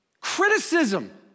Criticism